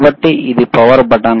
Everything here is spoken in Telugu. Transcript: కాబట్టి ఇది పవర్ బటన్